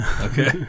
Okay